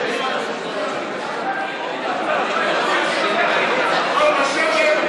לפחות תעשה את זה